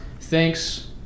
Thanks